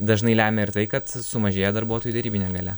dažnai lemia ir tai kad sumažėja darbuotojų derybinė galia